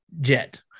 jet